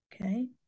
Okay